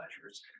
pleasures